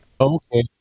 Okay